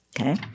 Okay